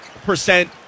percent